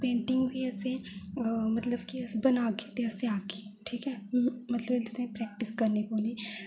painting बी असें मतलब कि अस बनागे ते असें गी आह्गी ठीक ऐ मतलब कि तुसें प्रेक्टिस करनी पौनी